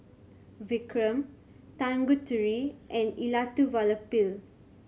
Vikram Tanguturi and Elattuvalapil